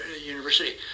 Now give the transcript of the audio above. University